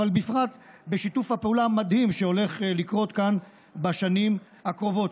ובפרט בשיתוף הפעולה המדהים שהולך לקרות כאן בשנים הקרובות.